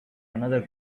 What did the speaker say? another